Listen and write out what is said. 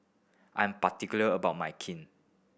I am particular about my Kheer